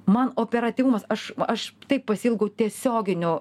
man operatyvumas aš aš taip pasiilgau tiesioginių